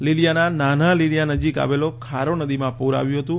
લીલીયાના નાના લીલીયા નજીક આવેલો ખારો નદીમાં પુર આવ્યું હતું